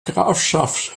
grafschaft